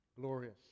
glorious